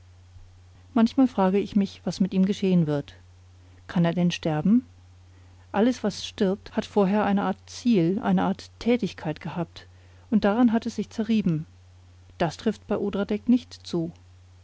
vergeblich frage ich mich was mit ihm geschehen wird kann er denn sterben alles was stirbt hat vorher eine art ziel eine art tätigkeit gehabt und daran hat es sich zerrieben das trifft bei odradek nicht zu